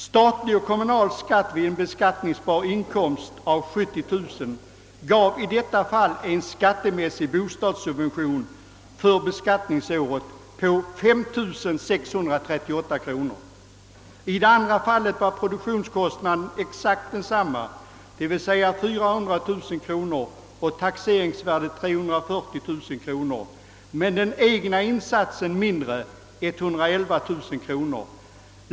Statlig och kommunal skatt vid en beskattningsbar inkomst av 70 000 kronor gav i detta fall en skattemäs I det andra fallet var produktionskostnaden densamma, d.v.s. 400 000 kronor, och taxeringsvärdet 340 000 kronor men den egna insatsen mindre — 111 000 kronor.